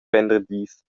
venderdis